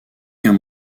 qu’un